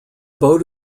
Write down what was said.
boat